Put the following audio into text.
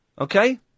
Okay